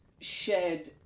shared